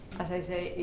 as i say,